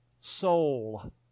soul